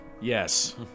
Yes